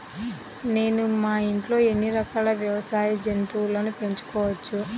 నేను మా ఇంట్లో ఎన్ని రకాల వ్యవసాయ జంతువులను పెంచుకోవచ్చు?